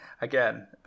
again